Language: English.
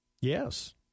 Yes